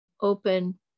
open